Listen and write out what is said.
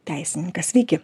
teisininkas sveiki